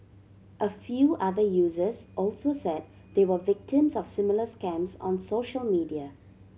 a few other users also said they were victims of similar scams on social media